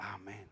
Amen